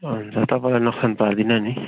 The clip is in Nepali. अन्त तपाईँलाई नोक्सान पार्दिनँ नि